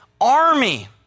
army